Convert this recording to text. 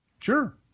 Sure